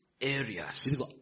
areas